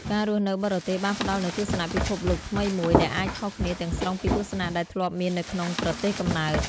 ការរស់នៅបរទេសបានផ្ដល់នូវទស្សនៈពិភពលោកថ្មីមួយ ដែលអាចខុសគ្នាទាំងស្រុងពីទស្សនៈដែលធ្លាប់មាននៅក្នុងប្រទេសកំណើត។